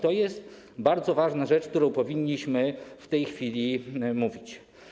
To jest bardzo ważna rzecz, o której powinniśmy w tej chwili mówić.